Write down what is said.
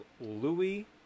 Louis